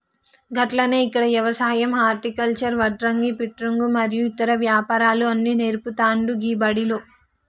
గట్లనే ఇక్కడ యవసాయం హర్టికల్చర్, వడ్రంగి, ప్రింటింగు మరియు ఇతర వ్యాపారాలు అన్ని నేర్పుతాండు గీ బడిలో